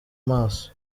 maso